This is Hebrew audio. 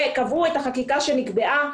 וקבעו את החקיקה שנקבעה.